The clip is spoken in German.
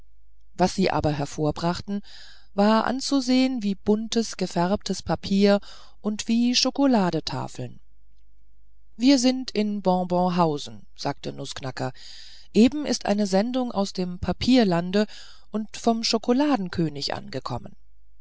was sie aber hervorbrachten war anzusehen wie buntes gefärbtes papier und wie schokoladetafeln wir sind in bonbonshausen sagte nußknacker eben ist eine sendung aus dem papierlande und vom schokoladenkönige angekommen